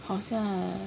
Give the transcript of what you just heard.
好像